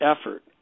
effort